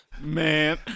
Man